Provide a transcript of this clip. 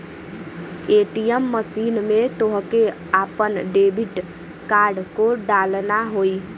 ATM machine में तोहके आपन डेबिट कार्ड को डालना होई